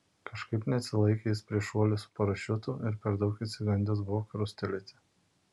kažkaip neatsilaikė jis prieš šuolį su parašiutu ir per daug išsigandęs buvo krustelėti